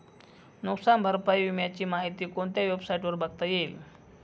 नुकसान भरपाई विम्याची माहिती कोणत्या वेबसाईटवर बघता येईल?